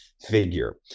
figure